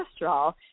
cholesterol